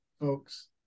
folks